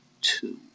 two